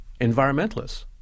environmentalists